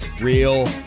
Real